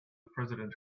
president